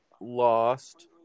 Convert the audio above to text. lost